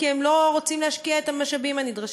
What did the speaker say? כי הם לא רוצים להשקיע את המשאבים הנדרשים.